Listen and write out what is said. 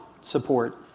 support